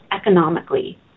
economically